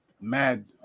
mad